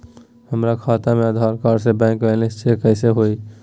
हमरा खाता में आधार कार्ड से बैंक बैलेंस चेक कैसे हुई?